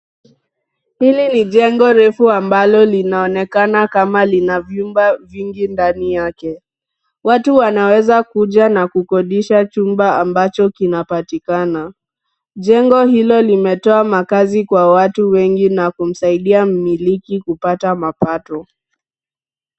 Hili ni jengo refu ambalo linaonekana kama lina vyumba vingi ndani yake. Watu wanaeza kuja na kukodesha chumba ambacho kinapatikana. Jengo hilo linatoa makaazi kwa watu wengi na kumsaidia mmiliki kupata mapato.